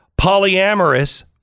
Polyamorous